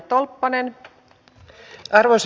arvoisa puhemies